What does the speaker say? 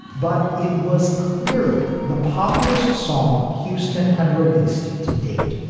but it was clearly the populist song houston had released to date.